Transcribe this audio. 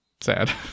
Sad